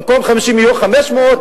במקום 50 יהיו 500,